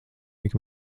tik